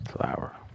Flower